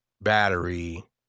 battery